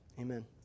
amen